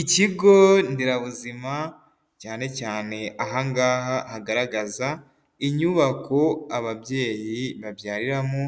Ikigo nderabuzima cyane cyane ahangaha hagaragaza inyubako ababyeyi babyariramo,